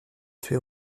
tuer